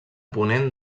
ponent